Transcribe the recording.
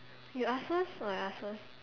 you ask first or I ask first